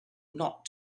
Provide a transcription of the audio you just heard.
not